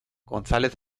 gonzález